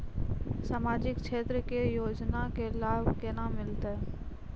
समाजिक क्षेत्र के योजना के लाभ केना मिलतै?